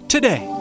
Today